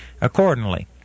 accordingly